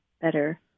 better